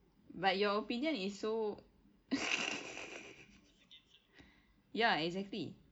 but your opinion is so ya exactly